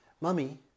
Mummy